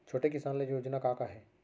छोटे किसान ल योजना का का हे?